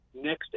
next